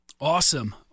Awesome